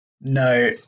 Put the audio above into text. No